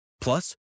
Plus